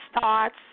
thoughts